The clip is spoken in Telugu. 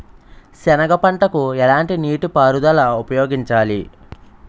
సెనగ పంటకు ఎలాంటి నీటిపారుదల ఉపయోగించాలి?